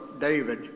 David